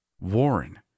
Warren